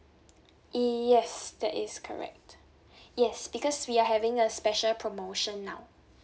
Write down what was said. yes that is correct yes because we are having a special promotion now